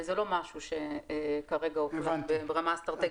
זה לא משהו שכרגע --- ברמה האסטרטגית.